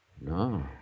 No